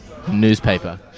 Newspaper